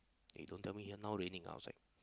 eh don't tell me now raining ah outside